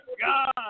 God